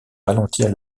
ralentir